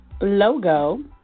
logo